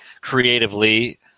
creatively